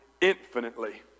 infinitely